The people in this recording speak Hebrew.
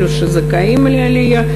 אלו שזכאים לעלייה,